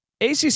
ACC